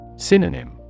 Synonym